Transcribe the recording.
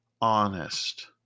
honest